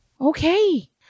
Okay